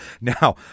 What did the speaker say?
Now